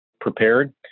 prepared